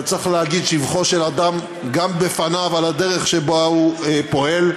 אבל צריך להגיד שבחו של אדם גם בפניו על הדרך שבה הוא פועל.